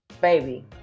Baby